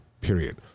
period